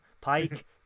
Pike